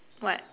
what